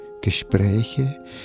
Gespräche